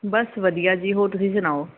ਬਸ ਵਧੀਆ ਜੀ ਹੋਰ ਤੁਸੀਂ ਸੁਣਾਓ